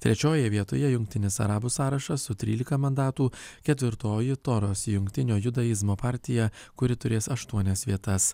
trečiojoje vietoje jungtinis arabų sąrašas su trylika mandatų ketvirtoji toros jungtinio judaizmo partija kuri turės aštuonias vietas